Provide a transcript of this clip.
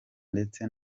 ndetse